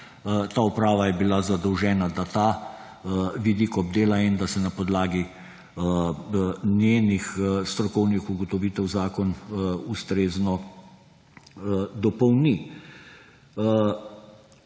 ta uprava je bila zadolžena, da ta vidik obdela in da se na podlagi njenih strokovnih ugotovitev zakon ustrezno dopolni.